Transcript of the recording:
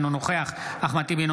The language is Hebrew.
אינו נוכח אחמד טיבי,